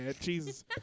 Jesus